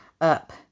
up